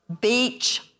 beach